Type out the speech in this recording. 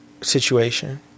situation